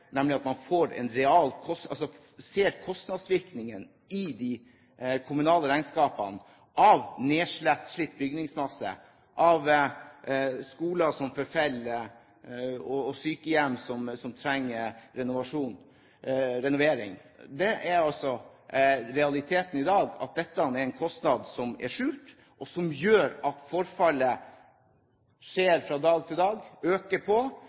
ser kostnadsvirkningen i de kommunale regnskapene av nedslitt bygningsmasse, av skoler som forfaller, og sykehjem som trenger renovering. Realiteten i dag er at dette er en kostnad som er skjult, og som gjør at forfallet skjer fra dag til dag, øker på,